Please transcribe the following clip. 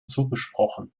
zugesprochen